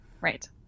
right